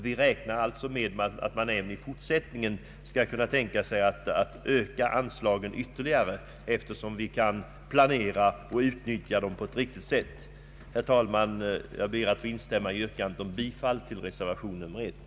Vi räknar med att anslagen i fortsättningen skall öka ytterligare, allteftersom vi kan planera och utnyttja dem på ett riktigt sätt. Herr talman! Jag ber att få instämma i yrkandet om bifall till reservation 1.